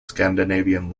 scandinavian